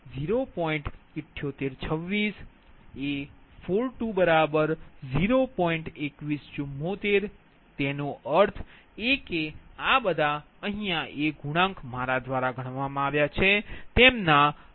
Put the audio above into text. તેથી એનો અર્થ એ કે બધા A ગુણાંક ગણ્યા છે